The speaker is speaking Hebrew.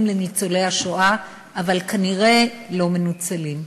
לניצולי השואה אבל כנראה לא מנוצלים.